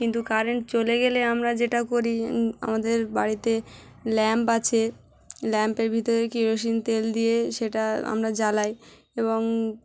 কিন্তু কারেন্ট চলে গেলে আমরা যেটা করি আমাদের বাড়িতে ল্যাম্প আছে ল্যাম্পের ভিতরে কিরোসিন তেল দিয়ে সেটা আমরা জ্বালাই এবং